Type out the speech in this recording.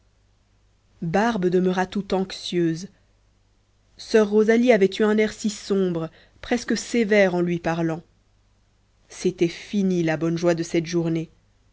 barbe demeura tout anxieuse soeur rosalie avait eu un air si sombre presque que sévère en lui parlant c'était fini la bonne joie de cette journée